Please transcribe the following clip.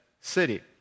city